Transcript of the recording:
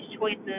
choices